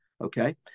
okay